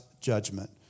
judgment